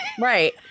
Right